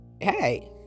hey